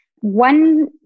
One